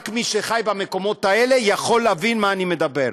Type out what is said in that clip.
רק מי שחי במקומות האלה יכול להבין על מה אני מדבר.